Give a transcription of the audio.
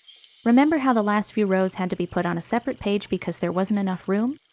remember how the last few rows had to be put on a separate page because there wasn't enough room?